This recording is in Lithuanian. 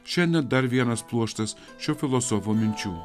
šiandien dar vienas pluoštas šio filosofo minčių